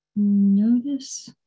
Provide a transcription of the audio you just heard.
Notice